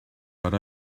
but